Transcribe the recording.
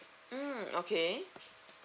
mm okay